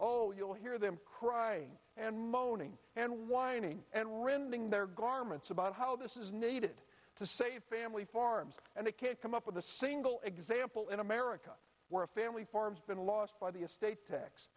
oh you'll hear them crying and moaning and whining and rending their garments about how this is needed to save family farms and they can't come up with a single example in america where a family farms been lost by the estate tax